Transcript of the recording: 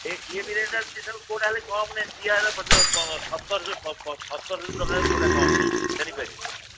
ଏ ଇଏ ବି ରେଟ୍ ଅଛି ସବୁ କୋଉଟା ହେଲେ କମ୍ ନାହିଁ ପିଆଶାଳ ପଚାଶ ସତରଶ ସତରଶହ ଟଙ୍କାରେ କୋଉଟା କମ୍ ନାହିଁ ଜାଣିପାରିବେ